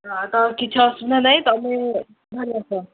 ତ କିଛି ଅସୁବିଧା ନାହିଁ ତୁମେ ଧରି ଆସ